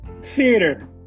theater